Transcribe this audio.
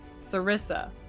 Sarissa